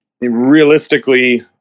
realistically